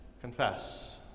confess